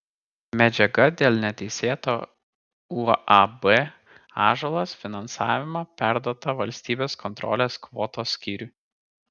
medžiaga dėl neteisėto uab ąžuolas finansavimo perduota valstybės kontrolės kvotos skyriui